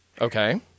Okay